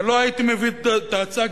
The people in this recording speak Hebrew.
ולא הייתי מביא את ההצעה,